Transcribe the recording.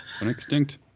extinct